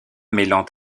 mêlant